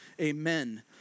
Amen